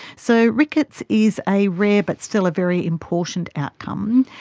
so rickets is a rare but still a very important outcome,